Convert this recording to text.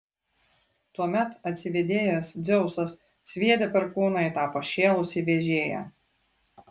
tuomet atsivėdėjęs dzeusas sviedė perkūną į tą pašėlusį vežėją